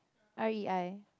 R E I